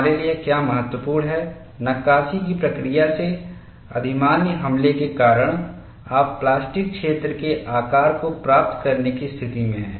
हमारे लिए क्या महत्वपूर्ण है नक़्क़ाशी की प्रक्रिया से अधिमान्य हमले के कारण आप प्लास्टिक क्षेत्र के आकार को प्राप्त करने की स्थिति में हैं